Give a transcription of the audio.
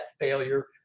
failure